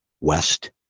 West